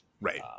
Right